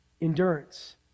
endurance